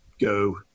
go